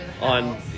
on